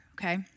okay